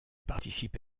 participe